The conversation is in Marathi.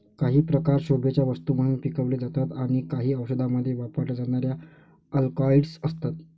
काही प्रकार शोभेच्या वस्तू म्हणून पिकवले जातात आणि काही औषधांमध्ये वापरल्या जाणाऱ्या अल्कलॉइड्स असतात